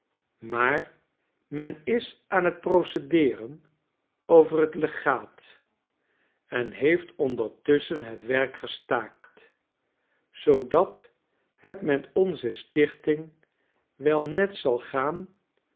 maar men is aan t procedeeren over t legaat en heeft ondertusschen het werk gestaakt zoodat het met deze stichting wel net zal gaan